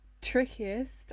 trickiest